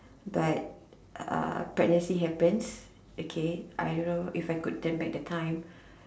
but uh pregnancy happens okay I know if I could turn back the time